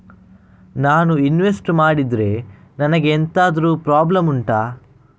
ನಾನು ಇನ್ವೆಸ್ಟ್ ಮಾಡಿದ್ರೆ ನನಗೆ ಎಂತಾದ್ರು ಪ್ರಾಬ್ಲಮ್ ಉಂಟಾ